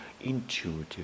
intuitive